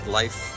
life